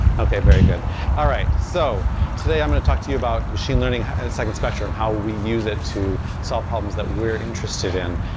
okay, very good all right. so today, i'm going to talk to you about machine learning at second spectrum, how we use it to solve problems that we're interested in.